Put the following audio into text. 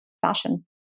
fashion